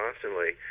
constantly